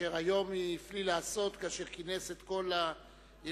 אשר היום הפליא לעשות כאשר כינס את כל הארגונים,